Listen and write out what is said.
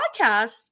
podcast